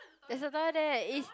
there's a toilet there is